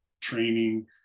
training